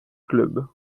club